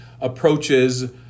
approaches